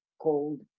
cold